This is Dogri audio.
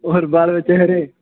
होर बाल बच्चे खरे